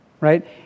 right